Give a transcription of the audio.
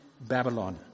Babylon